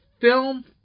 film